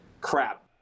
crap